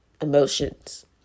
emotions